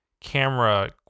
camera